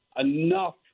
enough